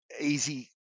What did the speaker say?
easy